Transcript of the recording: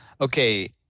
Okay